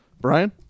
Brian